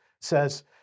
says